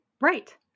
Right